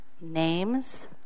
names